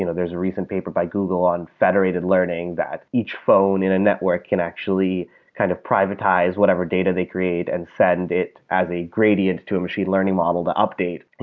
you know there's a recent paper by google on federated learning that each phone in a network can actually kind of privatize whatever data they create and send it as a gradient to a machine learning model the update.